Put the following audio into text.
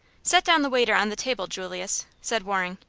set down the waiter on the table, julius, said waring.